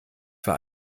für